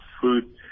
food